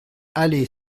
allée